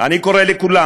אני קורא לכולם,